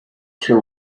two